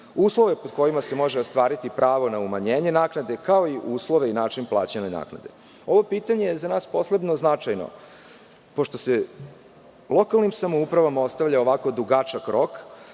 uslove pod kojima se može ostvariti pravo na umanjenje naknade, kao i uslove i način plaćanja naknade. Ovo pitanje je za nas posebno značajno. Pošto se lokalnim samouprava ostavlja ovako dugačak rok,